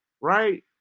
Right